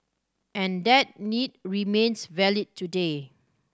and that need remains valid today